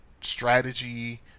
strategy